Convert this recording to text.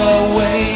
away